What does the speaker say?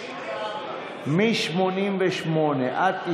נגד, 59, בעד,